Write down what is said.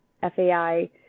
FAI